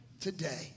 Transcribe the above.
today